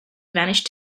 vanished